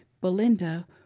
belinda